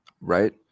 right